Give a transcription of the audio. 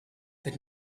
that